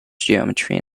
geometry